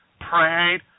Prayed